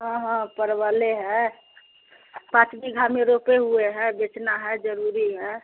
हाँ हाँ परवल हैं पाँच बीघा में रोपे हुए हैं बेचना है ज़रूरी है